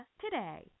today